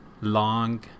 long